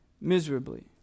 miserably